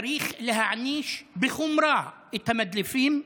צריך להעניש בחומרה את המדליפים,